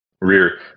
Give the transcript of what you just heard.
rear